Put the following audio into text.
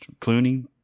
Clooney